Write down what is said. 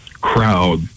crowd